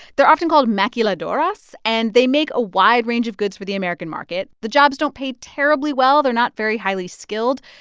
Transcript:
they're often called maquiladoras, and they make a wide range of goods for the american market. the jobs don't pay terribly well. they're not very highly skilled.